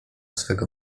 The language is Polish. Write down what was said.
swego